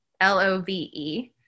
L-O-V-E